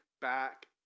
back